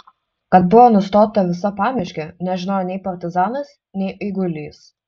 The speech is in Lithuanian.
kad buvo nustota visa pamiškė nežinojo nei partizanas nei eigulys